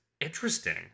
interesting